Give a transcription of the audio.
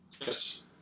Yes